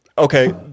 Okay